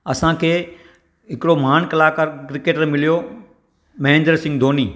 असांखे हिकिड़ो महान कलाकार क्रिकेटर मिलियो महेंद्र सिंह धोनी